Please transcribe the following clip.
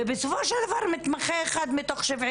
ובסופו של דבר, מתמחה אחד מתוך 72?